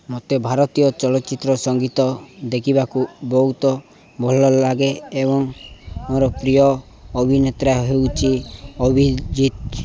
ମୋତେ ଭାରତୀୟ ଚଳଚ୍ଚିତ୍ର ସଙ୍ଗୀତ ଦେଖିବାକୁ ବହୁତ ଭଲ ଲାଗେ ଏବଂ ମୋର ପ୍ରିୟ ଅଭିନେତା ହେଉଛନ୍ତି ଅଭିଜିତ